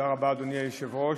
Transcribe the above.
אדוני היושב-ראש,